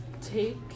take